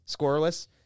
scoreless